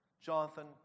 Jonathan